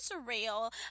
israel